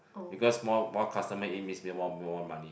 because more more customer in means more money